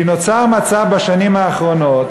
כי נוצר מצב, בשנים האחרונות,